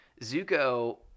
Zuko